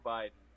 Biden